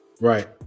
Right